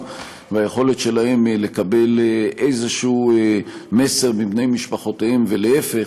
והיכולת שלהם לקבל איזה מסר מבני משפחותיהם ולהפך,